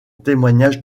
témoignage